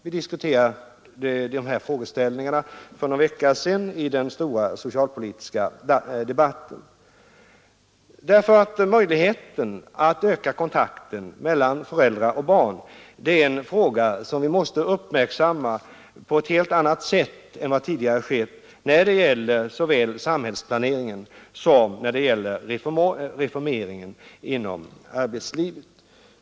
Vi diskuterade dessa frågeställningar för någon vecka sedan i den stora socialpolitiska debatten. Möjligheterna att öka kontakten mellan föräldrar och barn måste uppmärksammas i helt annan utsträckning såväl när det gäller samhällsplaneringen som när det gäller reformeringen inom arbetslivet.